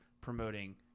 promoting